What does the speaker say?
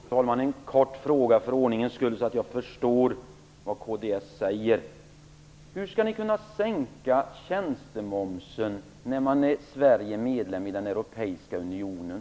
Fru talman! Jag vill ställa en kort fråga för ordningens skull, för att vara säker på att jag förstår vad kds säger. Hur skall ni kunna sänka tjänstemomsen när Sverige är medlem i den europeiska unionen?